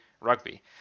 rugby